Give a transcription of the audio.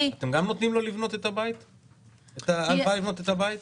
אתם גם נותנים לו את ההלוואה לבנות את הבית?